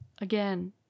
again